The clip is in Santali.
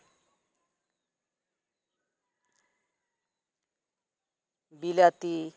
ᱵᱤᱞᱟᱹᱛᱤ